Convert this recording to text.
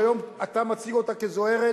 שהיום אתה מציג אותה כזוהרת,